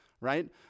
right